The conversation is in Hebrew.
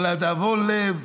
אבל לדאבון לב,